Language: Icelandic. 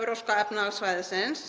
Evrópska efnahagssvæðisins,